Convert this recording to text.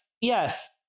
Yes